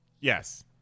yes